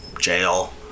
jail